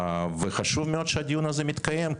וחשוב מאוד שהדיון הזה מתקיים,